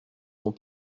sont